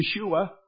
Yeshua